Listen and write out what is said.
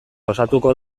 osatuko